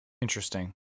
Interesting